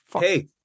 hey